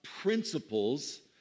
principles